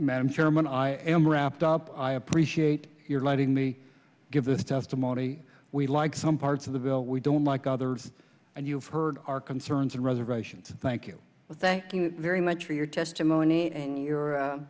chairman i am wrapped up i appreciate your letting me give this testimony we like some parts of the bill we don't like others and you've heard our concerns and reservations thank you thank you very much for your testimony and your